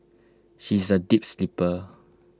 she is A deep sleeper